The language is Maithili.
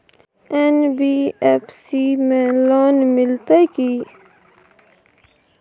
एन.बी.एफ.सी में लोन मिलते की?